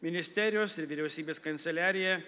ministerijos ir vyriausybės kanceliarija